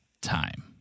time